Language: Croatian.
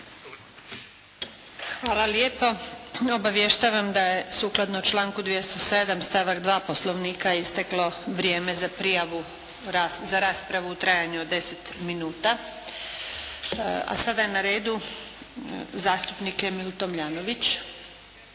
Hvala lijepo. Obavještavam da je sukladno članku 207. stavak 2. Poslovnika isteklo vrijeme za prijavu za raspravu u trajanju od 10 minuta, a sada je na redu zastupnik Emil Tomljanović.